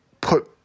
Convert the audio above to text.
put